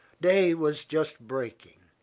day was just breaking,